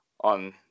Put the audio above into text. on